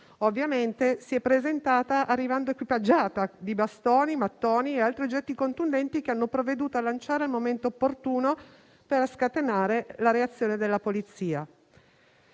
Ovviamente, si è presentata arrivando equipaggiata di bastoni, mattoni e altri oggetti contundenti che hanno provveduto a lanciare al momento opportuno per scatenare la reazione della Polizia.